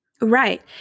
Right